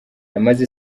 yamaze